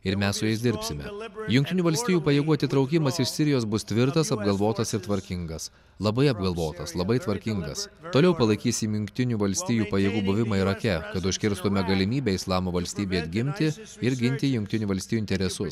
ir mes su jais dirbsime jungtinių valstijų pajėgų atitraukimas iš sirijos bus tvirtas apgalvotas ir tvarkingas labai apgalvotas labai tvarkingas toliau palaikysim jungtinių valstijų pajėgų buvimą irake kad užkirstume galimybę islamo valstybei atgimti ir ginti jungtinių valstijų interesus